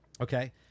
okay